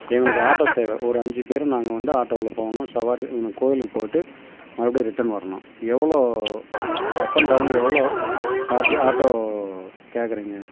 எங்களுக்கு ஆட்டோ தேவை ஒரு அஞ்சு பேர் நாங்கள் வந்து ஆட்டோவில் போகணும் சவாரி கோயிலுக்கு போயிட்டு மறுபடியும் ரிட்டன் வரணும் எவ்வளோ அப் அண்ட் டவுன் எவ்வளோ சார்ஜ் ஆட்டோ கேட்குறீங்க